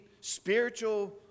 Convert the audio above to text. spiritual